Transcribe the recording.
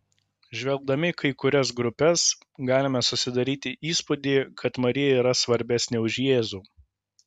žvelgdami į kai kurias grupes galime susidaryti įspūdį kad marija yra svarbesnė už jėzų